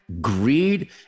greed